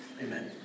Amen